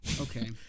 okay